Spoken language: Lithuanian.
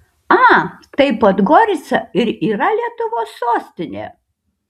a tai podgorica ir yra lietuvos sostinė